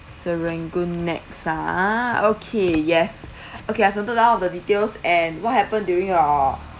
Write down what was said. serangoon NEX ah okay yes okay I've noted down the details and what happened during your